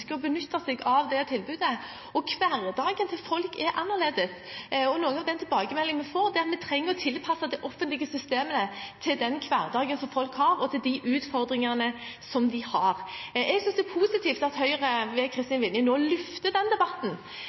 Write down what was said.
benytte seg av det tilbudet. Hverdagen til folk er også annerledes. Noe av den tilbakemeldingen vi får, er at vi trenger å tilpasse det offentlige systemet til den hverdagen som folk har, og til de utfordringene som de har. Jeg synes det er positivt at Høyre, ved Kristin Vinje, nå løfter den debatten,